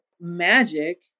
magic